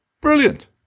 Brilliant